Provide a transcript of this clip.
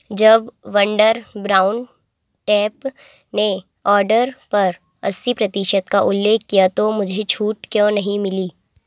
जब Wonder Brown Tape ने order पर अस्सी प्रतिशत का उल्लेख किया तो मुझे छूट क्यों नहीं मिली